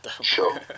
sure